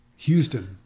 Houston